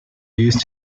used